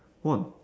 what